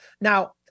Now